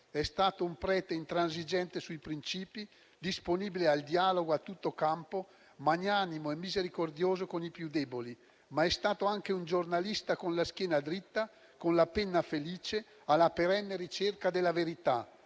È stato un prete intransigente sui princìpi, disponibile al dialogo a tutto campo, magnanimo e misericordioso con i più deboli, ma è stato anche un giornalista con la schiena dritta e con la penna felice alla perenne ricerca della verità,